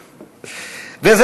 ודאי.